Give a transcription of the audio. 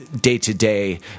day-to-day